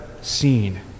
seen